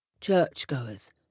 churchgoers